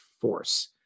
force